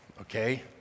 okay